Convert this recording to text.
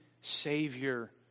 savior